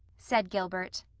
said gilbert.